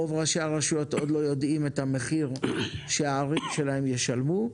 רוב ראשי הרשויות עוד לא יודעים את המחיר שהערים שלהם ישלמו,